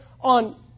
on